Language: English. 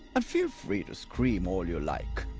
and feel free to scream all you like.